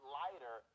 lighter